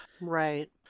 Right